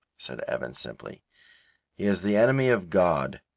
said evan, simply he is the enemy of god.